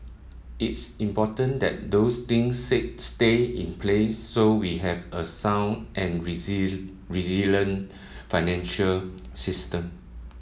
it's important that those things say stay in place so we have a sound and resilient financial system